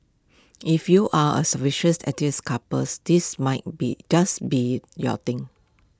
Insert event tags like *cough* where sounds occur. if you are A *unintelligible* artsy couples this might be just be your thing